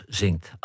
zingt